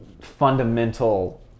fundamental